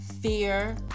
fear